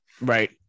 Right